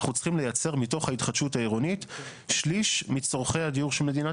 אנחנו צריכים לייצר מתוך ההתחדשות העירונית שליש מצורכי הדיור של מדינת